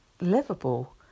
livable